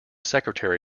secretary